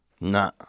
Nah